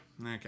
okay